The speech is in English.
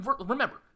remember